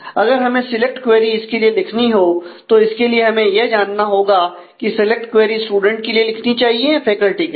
अगर हमें select query इसके लिए लिखनी हो तो इसके लिए हमें यह जानना होगा कि सिलेक्ट क्वेरी स्टूडेंट के लिए लिखनी चाहिए या फैकल्टी के लिए